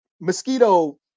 mosquito